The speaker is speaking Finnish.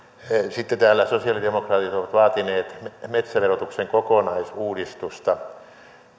sitten täällä sosialidemokraatit ovat vaatineet metsäverotuksen kokonaisuudistusta